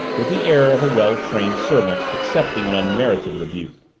with the air of a well-trained servant accepting an unmerited rebuke.